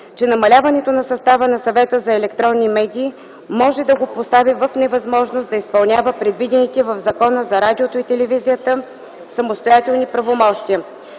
че намаляването на състава на Съвета за електронни медии може да го постави в невъзможност да изпълнява предвидените в Закона за радиото и телевизията самостоятелни правомощия.